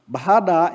Bahada